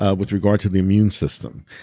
ah with regard to the immune system.